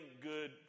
good